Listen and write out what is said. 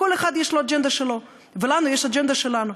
לכל אחד יש האג'נדה שלו, ולנו יש האג'נדה שלנו.